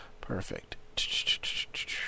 perfect